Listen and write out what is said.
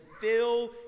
fill